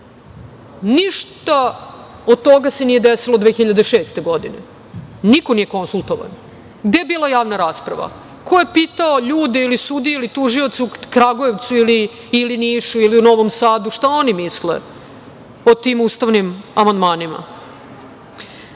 od toga se nije desilo 2006. godine. Niko nije konsultovan. Gde je bila javna rasprava? Ko je pitao ljude ili sudije ili tužioce u Kragujevcu ili Nišu ili Novom Sadu šta oni misle o tim ustavnim amandmanima? Tako